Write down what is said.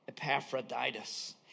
Epaphroditus